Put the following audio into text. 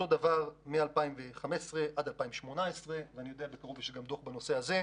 שהוא אותו דבר מ-2015 עד 2018. אני יודע שיש דוח גם בנושא הזה.